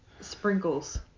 sprinkles